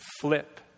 flip